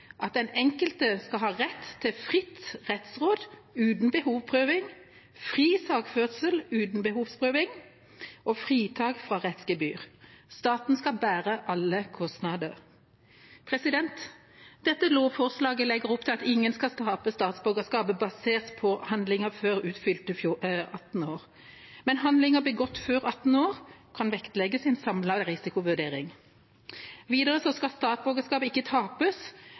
at den enkelte skal ha rett til fritt rettsråd uten behovsprøving, fri sakførsel uten behovsprøving og fritak for rettsgebyr. Staten skal bære alle kostnader. Dette lovforslaget legger opp til at ingen skal tape statsborgerskapet basert på handlinger utført før fylte 18 år, men handlinger begått før fylte 18 år, kan vektlegges i en samlet risikovurdering. Videre skal statsborgerskap ikke tapes